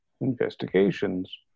investigations